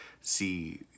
see